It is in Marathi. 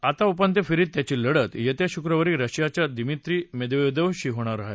आता उपांत्य फेरीत त्याची लढत येत्या शुक्रवारी रशियाच्या दिमित्री मेड्ववेदेवशी होणार आहे